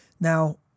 Now